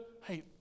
hey